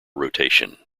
rotation